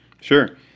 Sure